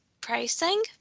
pricing